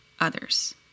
others